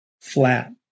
flat